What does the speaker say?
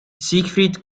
siegfried